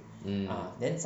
mm